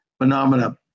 Phenomena